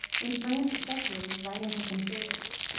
in france especially his writings have been favorites.